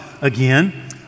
again